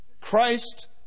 Christ